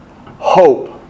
hope